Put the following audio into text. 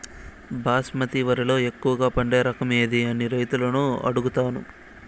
బాస్మతి వరిలో ఎక్కువగా పండే రకం ఏది అని రైతులను అడుగుతాను?